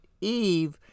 Eve